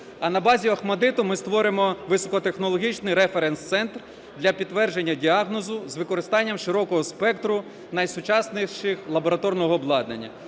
А на базі "ОХМАТДИТ" ми створимо високотехнологічний референс-центр для підтвердження діагнозу з використанням широкого спектру найсучаснішого лабораторного обладнання.